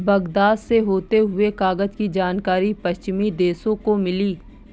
Baghdad से होते हुए कागज की जानकारी पश्चिमी देशों को मिली